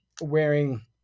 wearing